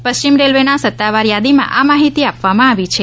પશ્ચિમ રેલ્વેના સત્તાવાર યાદીમાં આ માહિતી આપવામાં આવી છે